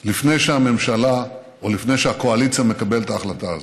לפני שהממשלה או הקואליציה מקבלת את ההחלטה הזאת,